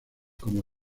como